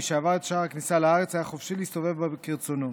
ומשעבר את שער הכניסה לארץ היה חופשי להסתובב בה כרצונו.